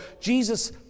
Jesus